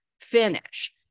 finish